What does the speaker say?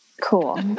cool